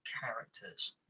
characters